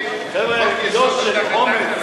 ההצעה להסיר מסדר-היום את הצעת חוק-יסוד: